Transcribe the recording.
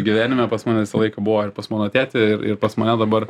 gyvenime pas mane visą laiką buvo ir pas mano tėtį ir ir pas mane dabar